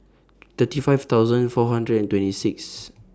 thirty five thousand four hundred and twenty six